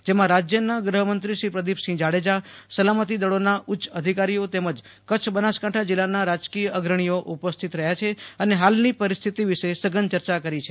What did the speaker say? જેમાં રાજયના ગૃફમંત્રી શ્રી પ્રદિપસિંફ જાડેજા સલામતી દળોના ઉચ્ય અધિકારીઓ તેમજ કચ્છ બનાસકાંઠા જિલ્લાના રાજકીય અગ્રણીઓ ઉપસ્થિત રહ્યા છે અને ફાલની પરિસ્થિતિ વિશે સધન ચર્ચા કરી છે